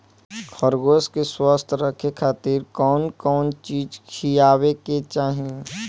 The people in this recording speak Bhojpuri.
खरगोश के स्वस्थ रखे खातिर कउन कउन चिज खिआवे के चाही?